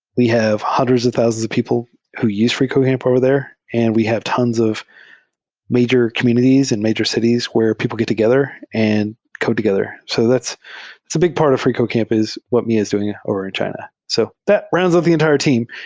we have hundreds and thousands of people who use freecodecamp over there, and we have tons of major communities and major cities where people get together and come together. so that's that's a big part of freecodecamp is what miya is doing over in china. so that rounds up the entire team.